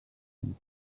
him